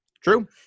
True